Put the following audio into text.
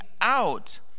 out